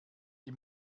die